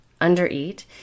undereat